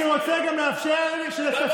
מה אמרתי, זאת לא האמת?